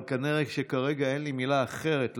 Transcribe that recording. אבל נראה שכרגע אין לי מילה אחרת להגיד.